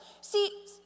See